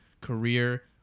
career